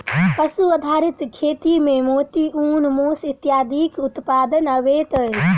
पशु आधारित खेती मे मोती, ऊन, मौस इत्यादिक उत्पादन अबैत अछि